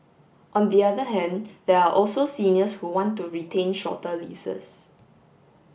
on the other hand there are also seniors who want to retain shorter leases